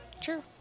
True